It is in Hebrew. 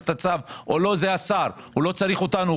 את הצו או לא זה שר האוצר והוא לא צריך אותנו,